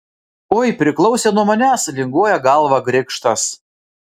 oi priklausė nuo manęs linguoja galvą grikštas